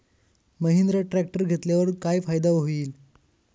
Mahindra tractor घेतल्यावर काय फायदा होईल?